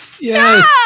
Yes